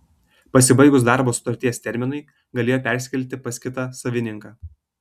pasibaigus darbo sutarties terminui galėjo persikelti pas kitą savininką